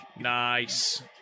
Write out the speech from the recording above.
nice